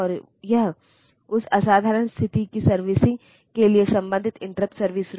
तो उस कदम के आधार पर move एक मेनीमनॉनिक है add एक मेनीमनॉनिक है